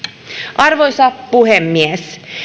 arvoisa puhemies